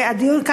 והדיון,